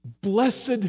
Blessed